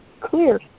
clear